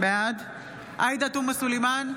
בעד עאידה תומא סלימאן,